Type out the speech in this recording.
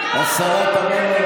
השרה תמנו,